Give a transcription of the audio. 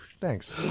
Thanks